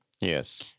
Yes